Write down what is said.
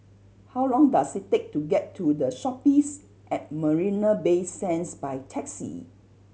how long does it take to get to The Shoppes at Marina Bay Sands by taxi